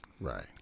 Right